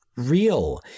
real